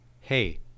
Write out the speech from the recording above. hey